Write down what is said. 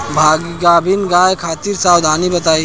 गाभिन गाय खातिर सावधानी बताई?